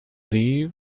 leave